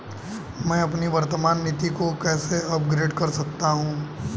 मैं अपनी वर्तमान नीति को कैसे अपग्रेड कर सकता हूँ?